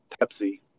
Pepsi